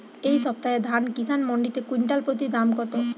এই সপ্তাহে ধান কিষান মন্ডিতে কুইন্টাল প্রতি দাম কত?